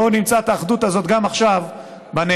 בואו נמצא את האחדות הזאת גם עכשיו בנאמנות